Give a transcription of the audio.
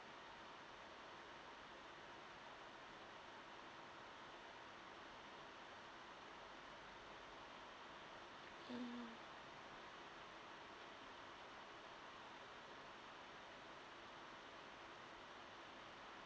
mm